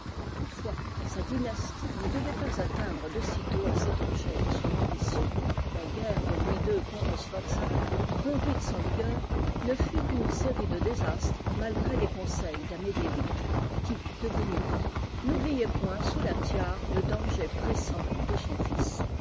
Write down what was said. toutefois sa dynastie ne devait pas atteindre de si tôt à cet objet de son ambition la guerre de louis ii contre sforza conduite sans vigueur ne fut qu'une série de désastres malgré les conseils d amédée viii qui devenu pape n'oubliait point sous la tiare le danger pressant de son fils